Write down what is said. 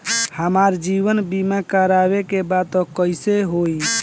हमार जीवन बीमा करवावे के बा त कैसे होई?